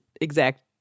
exact